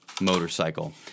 Motorcycle